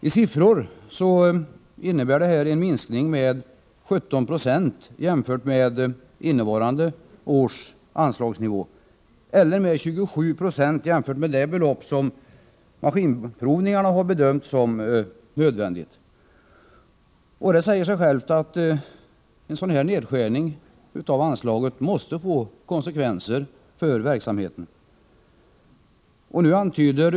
I siffror handlar det om en minskning med 17 70 jämfört med innevarande års anslagsnivå och 27 96 jämfört med det belopp som statens maskinprovningar har bedömt som nödvändigt. Det säger sig självt att en sådan nedskärning måste få konsekvenser för verksamheten.